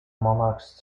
monarchs